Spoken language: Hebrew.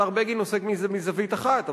השר בגין עוסק בזה מזווית אחת,